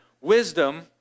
Wisdom